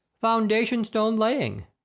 Foundation-stone-laying